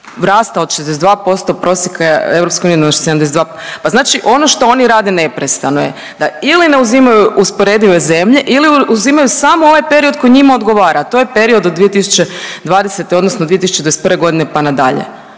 rasta od 62% prosjeka EU na 72, pa znači ono što oni rade neprestano je da ili ne uzimaju usporedive zemlje ili uzimaju samo ovaj period koji njima odgovara, to je period od 2020. odnosno 2021.g. pa nadalje.